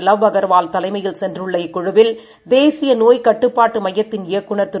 லாவ்அ கர்வால்தலைமையில்சென்றுள்ளஇக்குழுவில் தேசியநோய்க்கட்டுப்பாட்டுமையத்தின்இயக்குனர்திரு